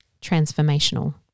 transformational